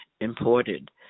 imported